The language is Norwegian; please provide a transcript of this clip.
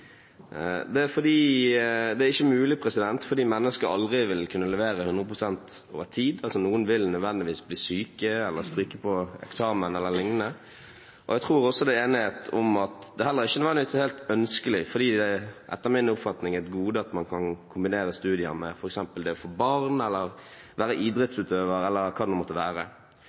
Det er ikke mulig fordi mennesket aldri vil kunne levere 100 pst. over tid. Noen vil nødvendigvis bli syke, stryke til eksamen e.l. Jeg tror også det er enighet om at det heller ikke nødvendigvis er helt ønskelig, fordi det, etter min oppfatning, er et gode at man kan kombinere studier med f.eks. det å få barn, være idrettsutøver eller hva det nå måtte være.